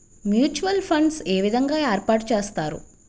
Mutual funds ఏ విధంగా ఏర్పాటు చేస్తారు?